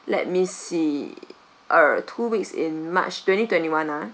let me see uh two weeks in march twenty twenty one ah